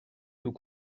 nous